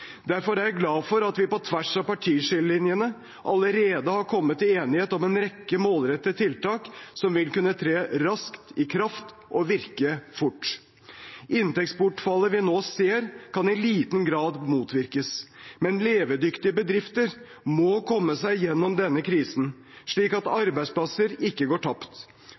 Derfor er jeg glad for at vi på tvers av partiskillelinjene allerede har kommet til enighet om en rekke målrettede tiltak som vil kunne tre raskt i kraft og virke fort. Inntektsbortfallet vi nå ser, kan i liten grad motvirkes, men levedyktige bedrifter må komme seg gjennom denne krisen, slik at arbeidsplasser ikke går tapt.